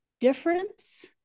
difference